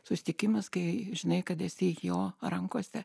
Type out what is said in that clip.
susitikimas kai žinai kad esi jo rankose